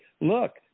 look